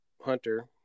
hunter